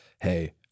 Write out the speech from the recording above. hey